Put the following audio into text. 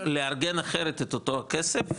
לארגן אחרת את אותו הכסף,